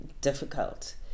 difficult